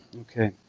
Okay